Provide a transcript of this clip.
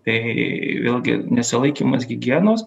tai vėlgi nesilaikymas higienos